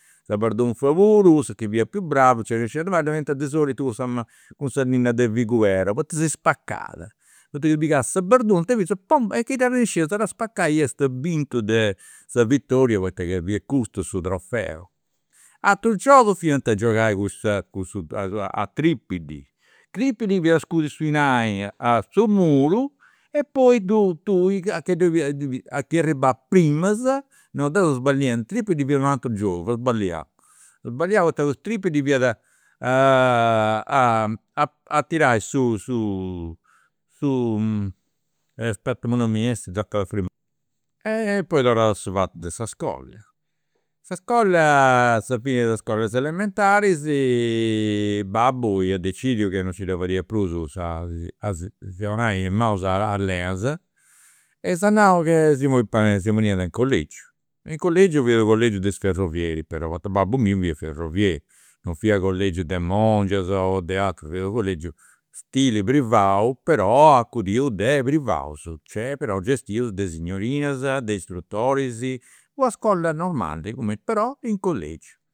Sa bardunfa puru su chi fiat prus bravu, nci arrenesciat a ddu fai, dda fadiant de solitu cun sa cun sa linna de figuera poita si spacat, ddoi pigà sa bardunfa e fadiast ponf e chi arrenesciasta a dda spaccai iast bintu de sa vittoria poita che fiat custu su trofeo. Aterus giogus fiant giogai cun sa cun sa a trippidi. Trippidi fiat a scudi su dinai a su muru e poi ddu ddu a che ddoi fiat a chi arribat primas, no deu seu sballiendi, trippidi fiat u' ateru giogu, apu sballiau, apu sballiau poita trippidi fiat a a a tirai su su e aspetta imui non mi 'essit a firmai. Poi torraus a su fatu de s'iscola. Sa iscola, fiant is iscolas elementaris, babbu iat decidiu chi non nci dda fadiat prus sa a si 'onai a manus alenas, e s'at nau ca si poniat in collegiu. In collegiu, fiat u' collegiu de is ferrovieris però, poita babbu miu fiat ferrovieri, non fiat collegiu de mongias o de aturu, fiat u' collegiu stile privau, però de privaus, cioè però gestiu de signorinas, de istrutoris, una iscola normali però in collegiu